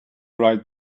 right